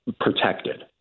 protected